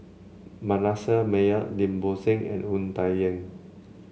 Manasseh Meyer Lim Bo Seng and Wu Tsai Yen